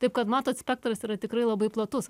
taip kad matot spektras yra tikrai labai platus